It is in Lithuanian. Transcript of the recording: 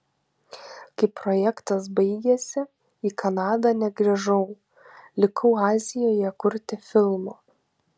kai projektas baigėsi į kanadą negrįžau likau azijoje kurti filmo